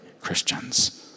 Christians